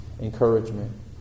encouragement